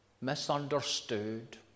misunderstood